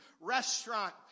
restaurant